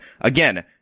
Again